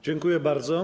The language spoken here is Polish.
Dziękuję bardzo.